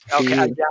Okay